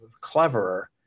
cleverer